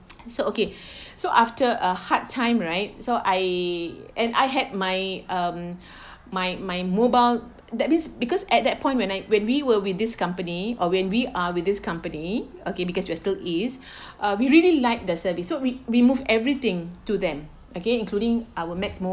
so okay so after a hard time right so I and I had my um my my mobile that means because at that point when I when we were with this company or when we are with this company okay because we're still is uh we really liked the service so we remove everything to them okay including our max